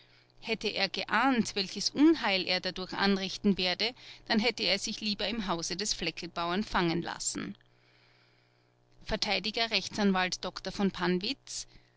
hätte er geahnt welches unheil er dadurch anrichten werde dann hätte er sich lieber im hause des flecklbauern fangen lassen vert rechtsanwalt dr v pannwitz